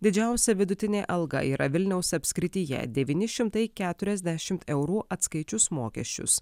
didžiausia vidutinė alga yra vilniaus apskrityje devyni šimtai keturiasdešimt eurų atskaičius mokesčius